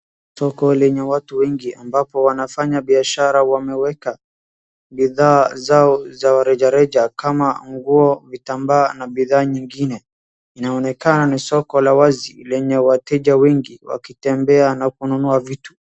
Soko lenye watu wengi ambapo wanafanya biashara. Wameweka bidhaa zao za rejareja kama nguo, vitambaa na bidhaa nyingine. Inaonekana ni soko la wazi lenye wateja wengi wakitembea na kununua vitu.